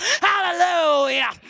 hallelujah